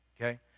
okay